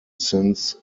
since